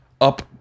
up